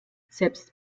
selbst